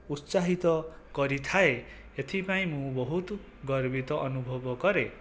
ଉତ୍ସାହିତ କରିଥାଏ ଏଥିପାଇଁ ମୁଁ ବହୁତ ଗର୍ବିତ ଅନୁଭବ କରେ